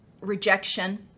rejection